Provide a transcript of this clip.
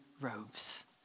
robes